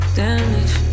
damage